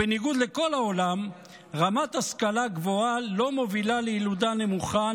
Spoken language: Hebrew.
בניגוד לכל העולם רמת השכלה גבוהה לא מובילה לילודה נמוכה,